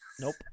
Nope